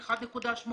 של 1.8,